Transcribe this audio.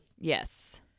Yes